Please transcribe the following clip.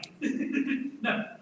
No